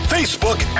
Facebook